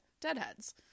deadheads